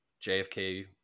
JFK